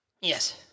Yes